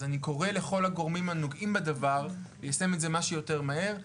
אז אני קורא לכל הגורמים הנוגעים בדבר ליישם את זה כמה שיותר מהר.